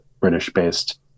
British-based